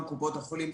גם קופות החולים,